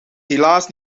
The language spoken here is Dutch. helaas